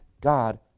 god